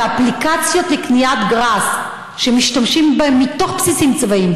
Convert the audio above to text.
ואפליקציות לקניית גראס שמשתמשים בהן בתוך בסיסים צבאיים,